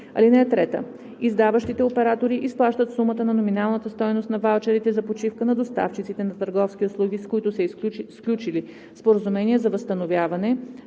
(3) Издаващите оператори изплащат сумата на номиналната стойност на ваучерите за почивка на доставчиците на търговски услуги, с които са сключили споразумения, за възстановяване